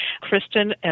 Kristen